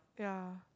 yeah